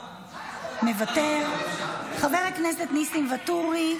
מוותר, חבר הכנסת ניסים ואטורי.